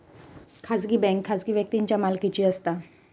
खाजगी बँक खाजगी व्यक्तींच्या मालकीची असता